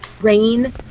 rain